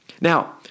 Now